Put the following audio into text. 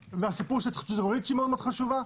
הסיפור של התחדשות עירונית, שהיא מאוד מאוד חשובה.